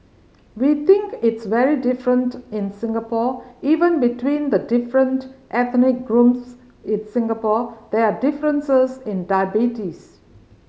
we think it's very different in Singapore even between the different ethnic groups its Singapore there are differences in diabetes